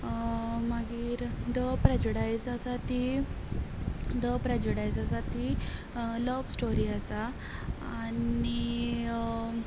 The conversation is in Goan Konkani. मागीर द प्रेजडायज आसा ती द प्रेजेडायज आसा ती लव स्टोरी आसा आनी